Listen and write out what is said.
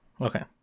Okay